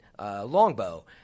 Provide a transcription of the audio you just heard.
longbow